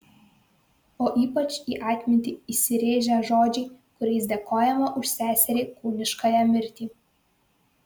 o ypač į atmintį įsirėžia žodžiai kuriais dėkojama už seserį kūniškąją mirtį